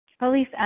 Police